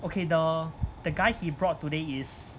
okay the the guy he brought today is